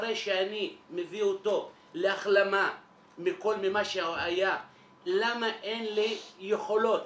אחרי שאני מביא אותו להחלמה ממה שהיה למה אין לי יכולות